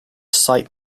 site